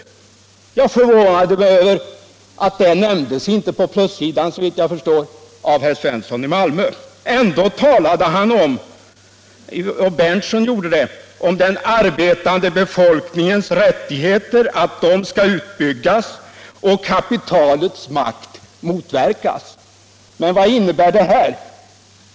— Jag förvånade mig över att det, såvitt jag förstår, inte nämndes på plussidan av herr Svensson i Malmö. Ändå talade han och herr Berndtson om att den arbetande befolkningens rättigheter skall utbyggas och kapitalets makt motverkas. Men vad innebär det här?